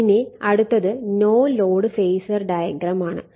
ഇനി അടുത്തത് no load phasor diagram ആണ്